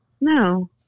no